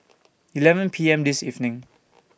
eleven P M This evening